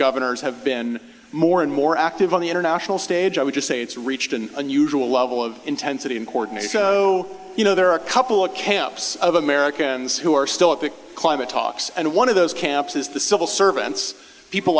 governors have been more and more active on the international stage i would just say it's reached an unusual level of intensity important so you know there are a couple of camps of americans who are still at the climate talks and one of those camps is the civil servants people